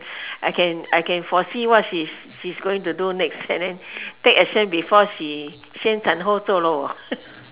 I can I can foresee what she's she's going to do next and then take action before she 先斩后奏 lor